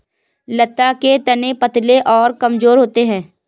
लता के तने पतले और कमजोर होते हैं